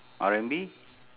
R&B